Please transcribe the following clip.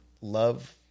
Love